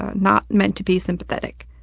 not meant to be sympathetic.